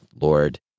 Lord